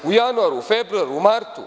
U januaru, februaru, martu?